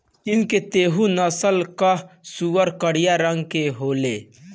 चीन के तैहु नस्ल कअ सूअर करिया रंग के होले